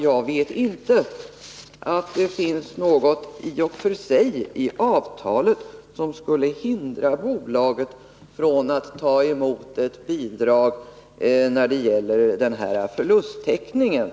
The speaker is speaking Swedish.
Jag vet inte att det i avtalet i och för sig finns någonting som skulle hindra bolaget från att ta emot ett bidrag när det gäller förlusttäckningen.